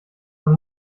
man